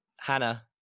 Hannah